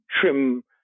trim